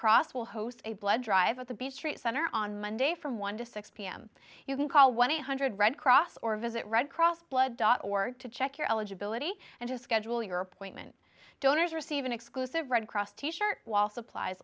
cross will host a blood drive at the beach trade center on monday from one to six pm you can call one eight hundred red cross or visit red cross blood dot org to check your eligibility and his schedule your appointment donors receive an exclusive red cross t shirt while supplies